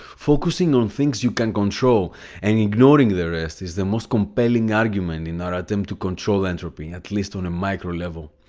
focusing on things you can control and ignoring the rest is the most compelling argument in our attempt to control entropy, at least on a micro level.